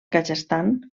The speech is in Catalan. kazakhstan